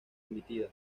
admitida